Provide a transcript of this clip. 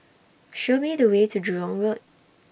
Show Me The Way to Jurong Road